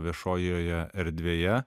viešojoje erdvėje